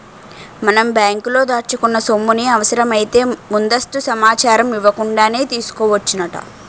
మనం బ్యాంకులో దాచుకున్న సొమ్ముని అవసరమైతే ముందస్తు సమాచారం ఇవ్వకుండానే తీసుకోవచ్చునట